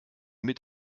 mit